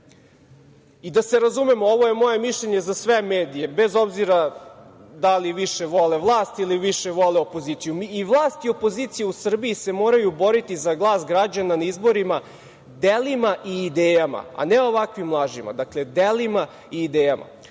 I da se razumemo, ovo je moje mišljenje za sve medije, bez obzira da li više vole vlast ili više vole opoziciju. I vlast i opozicija u Srbiji se moraju boriti za glas građana na izborima delima i idejama, a ne ovakvim lažima, dakle, delima i idejama.